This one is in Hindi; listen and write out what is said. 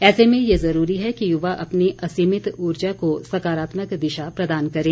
ऐसे में ये ज़रूरी है कि युवा अपनी असीमित ऊर्जा को सकारात्मक दिशा प्रदान करें